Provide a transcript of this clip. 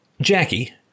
Jackie